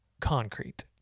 Concrete